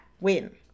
win